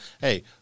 hey –